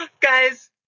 Guys